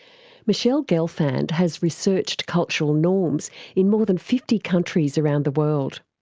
michele gelfand has researched cultural norms in more than fifty countries around the world.